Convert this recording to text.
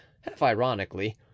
half-ironically